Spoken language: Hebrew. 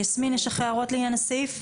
יסמין יש לך הערות לעניין הסעיף?